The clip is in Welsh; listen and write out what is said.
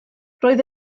roedd